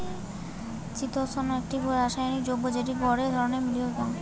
চিতোষণ একটি রাসায়নিক যৌগ্য যেটি গটে ধরণের লিনিয়ার পলিসাকারীদ